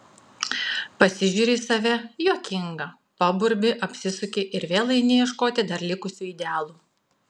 pasižiūri į save juokinga paburbi apsisuki ir vėl eini ieškoti dar likusių idealų